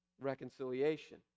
reconciliation